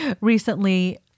Recently